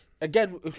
Again